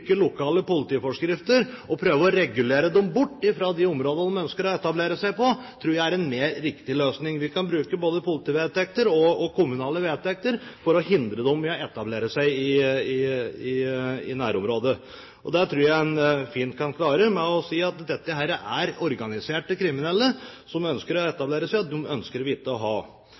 regulere dem bort fra de områdene de ønsker å etablere seg på, tror jeg er en riktigere løsning. Vi kan bruke både politivedtekter og kommunale vedtekter for å hindre dem i å etablere seg i nærområdet. Det tror jeg en fint kan klare med å si at dette er organiserte kriminelle som ønsker å etablere seg, og dem ønsker vi ikke å ha.